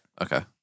Okay